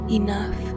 enough